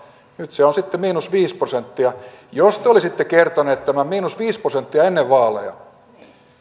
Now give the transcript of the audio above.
nyt se on sitten miinus viisi prosenttia jos te olisitte kertoneet tämän miinus viisi prosenttia ennen vaaleja